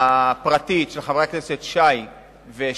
הפרטית של חברי הכנסת שי ושאמה.